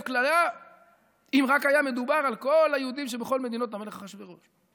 כליה אם רק היה מדובר על כל היהודים שבכל מדינות המלך אחשוורוש?